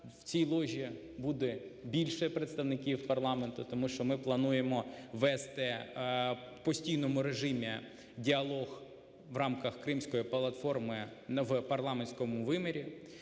в цій ложі буде більше представників парламенту, тому що ми плануємо вести в постійному режимі діалог в рамках Кримської платформи в парламентському вимірі.